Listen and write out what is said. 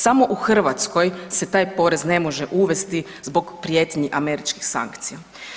Samo u Hrvatskoj se taj porez ne može uvesti zbog prijetnji američkih sankcija.